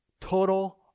Total